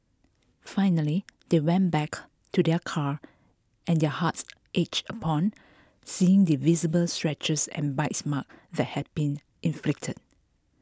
finally they went back to their car and their hearts ached upon seeing the visible scratches and bite marks that had been inflicted